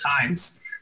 times